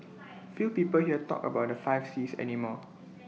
few people here talk about the five Cs any more